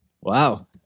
Wow